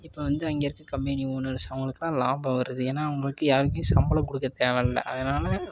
இப்போ வந்து இங்கே இருக்க கம்பெனி ஒனர்ஸ் அவங்களுக்கெல்லாம் லாபம் வருது ஏன்னா அவங்களுக்கு யாருக்கும் சம்பளம் கொடுக்க தேவைல்ல அதனால்